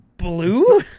blue